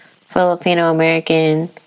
Filipino-American